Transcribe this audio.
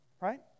Right